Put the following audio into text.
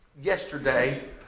yesterday